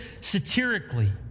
satirically